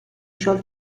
شال